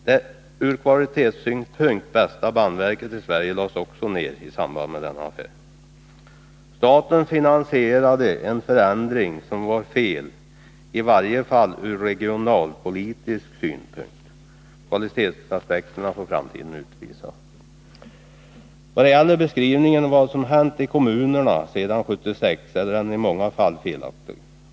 Det ur kvalitetssynpunkt bästa bandverket i Sverige lades också ner i samband med denna affär. Staten finansierade en förändring som var felaktig —i varje fall ur regionalpolitisk synpunkt. Kvalitetsaspekterna får framtiden utvisa. Beskrivningen av vad som hänt i kommunerna sedan 1976 är i många fall felaktig.